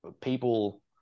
people